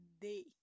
day